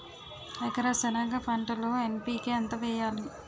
ఎకర సెనగ పంటలో ఎన్.పి.కె ఎంత వేయాలి?